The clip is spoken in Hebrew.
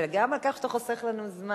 וגם על כך שאתה חוסך לנו זמן.